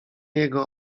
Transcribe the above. jego